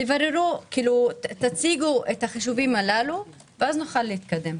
תבררו, תציגו את החישובים הללו ואז נוכל להתקדם.